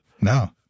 No